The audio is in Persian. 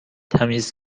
تمیز